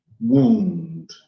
wound